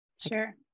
Sure